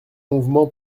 mouvement